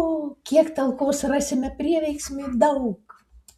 o kiek talkos rasime prieveiksmiui daug